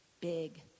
big